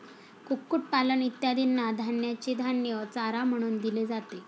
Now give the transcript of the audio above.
कुक्कुटपालन इत्यादींना धान्याचे धान्य चारा म्हणून दिले जाते